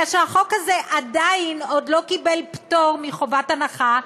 אלא שהחוק הזה עדיין לא קיבל פטור מחובת הנחה,